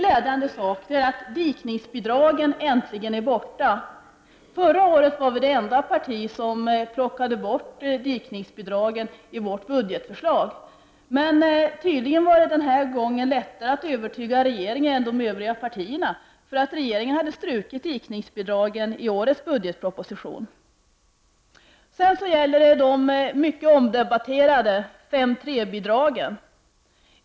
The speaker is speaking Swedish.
Glädjande är att dikningsbidragen äntligen är borta. Förra året var vi det enda parti som i vårt budgetförslag plockade bort dikningsbidragen. Tydligen var det den här gången lättare att övertyga regeringen än de övriga partierna. Regeringen hade nämligen strukit dikningsbidragen i årets budgetproposition. Betänkandet behandlar vidare de mycket omdebatterade 5 § 3-bidragen.